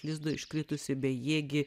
lizdo iškritusį bejėgį